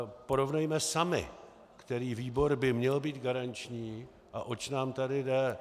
Porovnejme sami, který výbor by měl být garančním a oč nám tady jde.